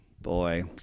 boy